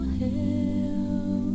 help